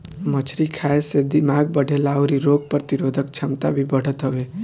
मछरी खाए से दिमाग बढ़ेला अउरी रोग प्रतिरोधक छमता भी बढ़त हवे